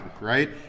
right